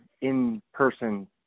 in-person